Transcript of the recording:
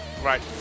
right